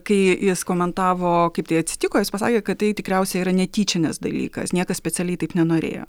kai jis komentavo kaip tai atsitiko jis pasakė kad tai tikriausiai yra netyčinis dalykas niekas specialiai taip nenorėjo